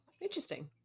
interesting